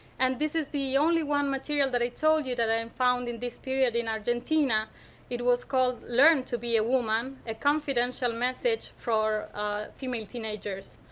and this is the only one material that i told you that i and found in this period in argentina it was called learn to be a woman, a confidential message are ah female teenagers.